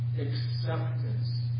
acceptance